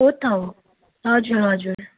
हो त हो हजुर हजुर